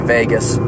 Vegas